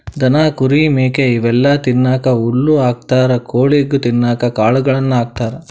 ದನ ಕುರಿ ಮೇಕೆ ಇವೆಲ್ಲಾ ತಿನ್ನಕ್ಕ್ ಹುಲ್ಲ್ ಹಾಕ್ತಾರ್ ಕೊಳಿಗ್ ತಿನ್ನಕ್ಕ್ ಕಾಳುಗಳನ್ನ ಹಾಕ್ತಾರ